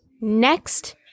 next